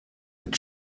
mit